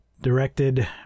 directed